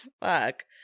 Fuck